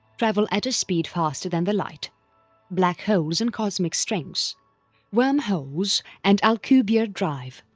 travel at a speed faster than the light black holes and cosmic strings wormholes and alcubierre drive